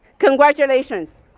congratulations.